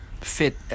Fit